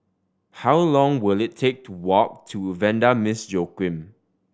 how long will it take to walk to Vanda Miss Joaquim